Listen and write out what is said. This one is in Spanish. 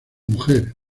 mujer